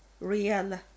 real